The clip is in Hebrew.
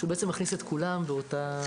שבעצם מכניס את כולם באותו סל.